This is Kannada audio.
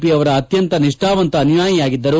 ಪಿ ಅವರ ಅತ್ಯಂತ ನಿಷ್ಣಾವಂತ ಅನುಯಾಯಿಯಾಗಿದ್ದರು